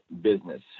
business